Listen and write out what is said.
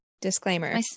disclaimer